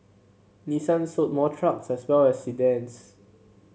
Nissan sold more trucks as well as sedans